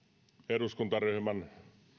eduskuntaryhmän